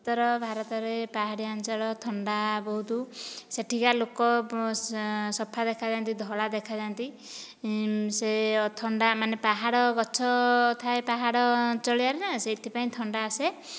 ଉତ୍ତର ଭାରତରେ ପାହାଡ଼ିଆ ଅଞ୍ଚଳ ଥଣ୍ଡା ବହୁତୁ ସେଠିକା ଲୋକ ସଫା ଦେଖାଯାଆନ୍ତି ଧଳା ଦେଖାଯାଆନ୍ତି ସେ ଥଣ୍ଡା ମାନେ ପାହାଡ଼ ଗଛ ଥାଏ ପାହାଡ଼ ଅଞ୍ଚଳିଆରେ ନା ସେଇଥିପାଇଁ ଥଣ୍ଡା ଆସେ